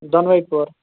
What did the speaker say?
دۄنوَے پور